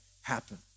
happen